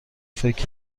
فکر